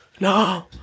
No